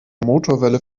motorwelle